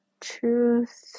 Truth